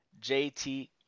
JT